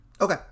okay